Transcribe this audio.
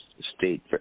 State